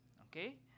Okay